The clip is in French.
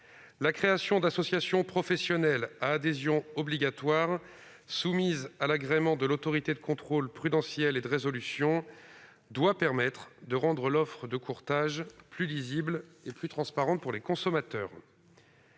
La création d'associations professionnelles à adhésion obligatoire, soumises à l'agrément de l'Autorité de contrôle prudentiel et de résolution, doit permettre de rendre l'offre de courtage plus lisible et plus transparente pour les consommateurs.